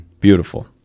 Beautiful